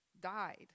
died